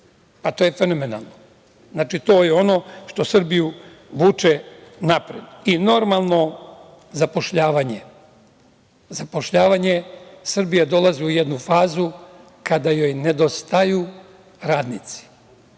To je fenomenalno. To je ono što Srbiju vuče napred. I normalno, zapošljavanje. Srbija dolazi u jednu fazu kada joj nedostaju radnici.